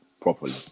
properly